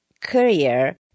career